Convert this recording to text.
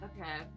okay